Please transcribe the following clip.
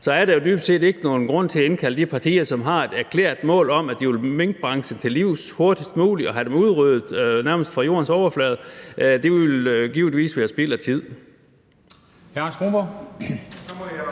er der jo dybest set ikke nogen grund til at indkalde de partier, som har et erklæret mål om, at de vil minkbranchen til livs hurtigst muligt og få dem udryddet nærmest fra jordens overflade. Det ville givetvis være spild af tid.